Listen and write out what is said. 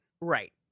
Right